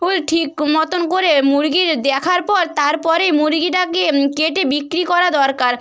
ঠিক মতন করে মুরগি দেখার পর তারপরেই মুরগিটাকে কেটে বিক্রি করা দরকার